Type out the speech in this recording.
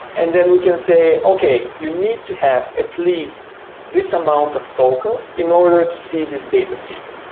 and then we can say, okay you need to have at least this amount of tokens in order to see this data feed.